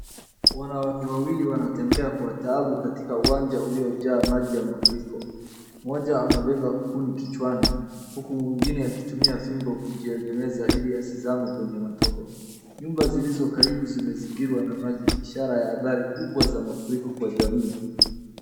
Wanawake wawili wanatembea kwa taabu kwenye uwanja uliojaa mafuriko mmoja amebeba kuni kichwani huku mwingine akitumia fimbo akijiegeza ili asizame kwenye matope. Nyumba zilio karibu zimezingirwa na maji ishara ya adhari kubwa za mafuriko kwa jamii.